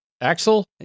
Axel